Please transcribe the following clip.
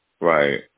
Right